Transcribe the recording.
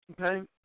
Okay